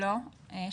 ויש